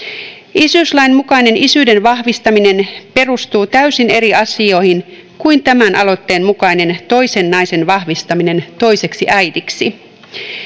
isyyslain mukainen isyyden vahvistaminen perustuu täysin eri asioihin kuin tämän aloitteen mukainen toisen naisen vahvistaminen toiseksi äidiksi